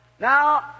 now